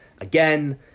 Again